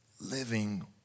living